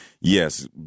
yes